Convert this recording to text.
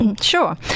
Sure